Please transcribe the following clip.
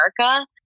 America